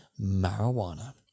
marijuana